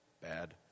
bad